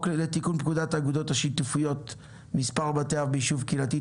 לתיקון פקודת האגודות השיתופיות (מספר בתי אב ביישוב קהילתי),